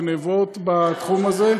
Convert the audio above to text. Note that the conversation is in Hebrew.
הגנבות בתחום הזה,